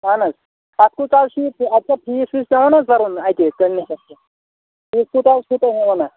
اہَن حظ اَتھ کوٗتاہ حظ چھِ یہِ اَتھ چھےٚ فیٖس ویٖس پٮ۪وان حظ بَرُن اَتہِ کٕلنِکَس پٮ۪ٹھ فیٖس کوٗتاہ حظ کوٗتاہ ہٮ۪وان اَتھ